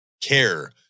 care